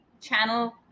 channel